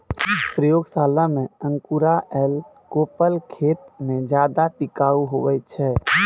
प्रयोगशाला मे अंकुराएल कोपल खेत मे ज्यादा टिकाऊ हुवै छै